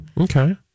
Okay